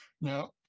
now